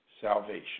salvation